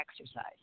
exercise